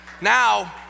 Now